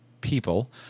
people